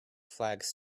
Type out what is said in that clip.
flags